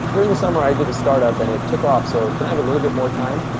during the summer i did a startup and it took off, so can i have a little bit more time?